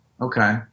Okay